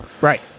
Right